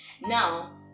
Now